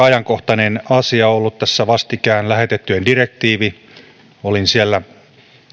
ajankohtainen asia ollut tässä vastikään lähetettyjen työntekijöiden direktiivi olin siellä